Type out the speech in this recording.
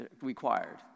required